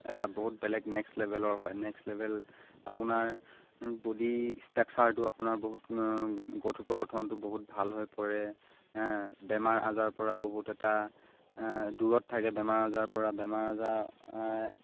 এটা বহুত বেলেগ নেক্সট লেভেলৰ হয় নেক্সট লেভেল আপোনাৰ বডি ষ্ট্ৰাকচাৰটো আপোনাৰ বহুত গাৰ গঠনটো বহুত ভাল হৈ পৰে বেমাৰ আজাৰপৰা বহুত এটা দূৰত থাকে বেমাৰ আজাৰপৰা বেমাৰ আজাৰ